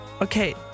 okay